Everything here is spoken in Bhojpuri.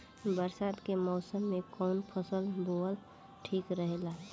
बरसात के मौसम में कउन फसल बोअल ठिक रहेला?